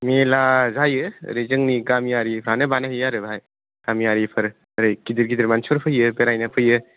मेला जायो ओरै जोंनि गामियारिफ्रानो बानाय हैयो आरो बेहाय गामियारिफोर ओरै गिदिर गिदिर मानसिफोर फैयो बेरायनो फैयो